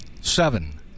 seven